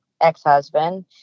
ex-husband